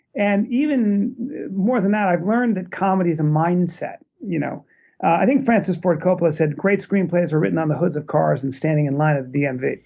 and even more than that, i've learned that comedy is a mindset. you know i think francis ford coppela said great screen plays are written on the hoods of cars and standing in line at the and dmv,